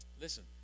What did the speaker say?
listen